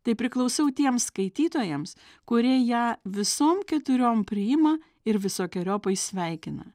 tai priklausau tiems skaitytojams kuri ją visom keturiom priima ir visokeriopai sveikina